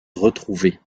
retrouvées